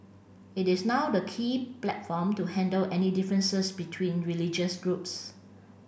it is now the key platform to handle any differences between religious groups